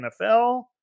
NFL